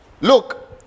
Look